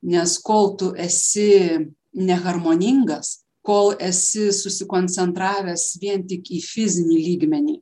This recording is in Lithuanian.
nes kol tu esi neharmoningas kol esi susikoncentravęs vien tik į fizinį lygmenį